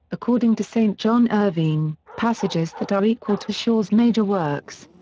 according to st. john ervine, passages that are equal to shaw's major works.